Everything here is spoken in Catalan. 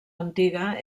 antiga